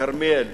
כרמיאל